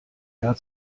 jahr